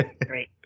great